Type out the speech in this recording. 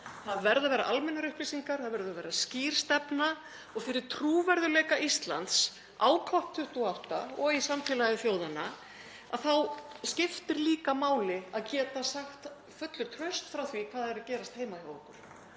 Það verða að vera almennar upplýsingar, það verður að vera skýr stefna og fyrir trúverðugleika Íslands á COP28 og í samfélagi þjóðanna þá skiptir líka máli að geta sagt full trausts frá því hvað er að gerast heima hjá okkur.